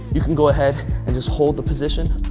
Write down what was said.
you can go ahead and just hold the position,